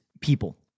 people